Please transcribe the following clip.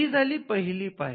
ही झाली पहिली पायरी